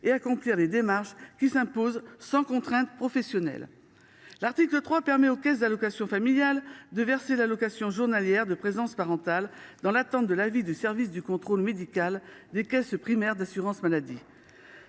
et mener les démarches qui s’imposent, sans contrainte professionnelle. L’article 3 permet aux caisses d’allocations familiales de verser l’allocation journalière de présence parentale dans l’attente de l’avis du service du contrôle médical des caisses primaires d’assurance maladie.